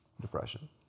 depression